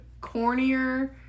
cornier